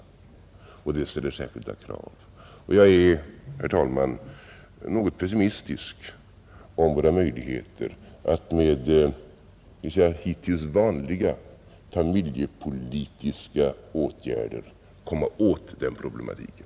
Och det ställer särskilda krav. Jag är, herr talman, något pessimistisk i fråga om våra möjligheter att med hittills vanliga familjepolitiska åtgärder komma åt den problematiken.